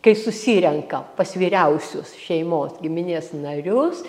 kai susirenka pas vyriausius šeimos giminės narius